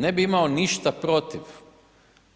Ne bi imao ništa protiv